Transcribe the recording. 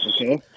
Okay